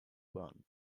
bahn